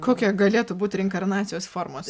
kokia galėtų būt reinkarnacijos formos